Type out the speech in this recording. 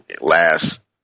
last